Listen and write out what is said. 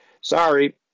sorry